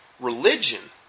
religion